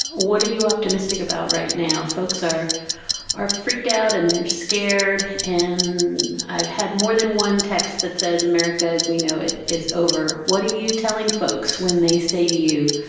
what are you optimistic about right now? folks are are freaked out and they're scared. and i've had more than one text that says america as we know it is over. what are you telling folks when they say to you,